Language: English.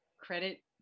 credit